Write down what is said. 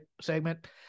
segment